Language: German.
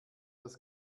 das